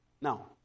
Now